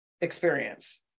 experience